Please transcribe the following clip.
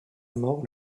mort